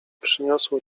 przyniosło